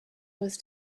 was